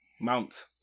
Mount